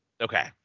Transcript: Okay